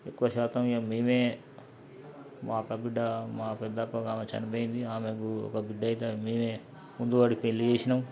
ఎక్కువ శాతం ఇక మేమే మా అక్క బిడ్డ మా పెద్దక్క ఒక ఆమె చనిపోయింది ఆమెకు ఒక బిడ్డ అయితే మేమే ముందు వాడికి పెళ్ళి చేసినాం